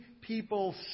people